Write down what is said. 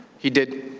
he did.